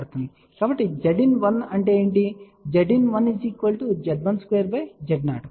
కాబట్టి Zin1 అంటే ఏమిటి